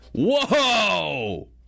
Whoa